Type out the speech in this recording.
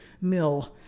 mill